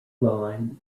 line